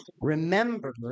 remember